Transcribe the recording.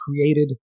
created